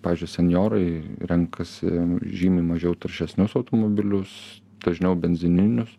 pavyzdžiui senjorai renkasi žymiai mažiau taršesnius automobilius dažniau benzininius